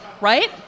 Right